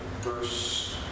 verse